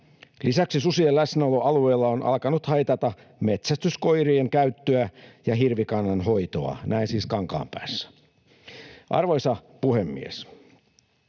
Lisäksi susien läsnäolo alueella on alkanut haitata metsästyskoirien käyttöä ja hirvikannan hoitoa. Näin siis Kankaanpäässä. Arvoisa puhemies!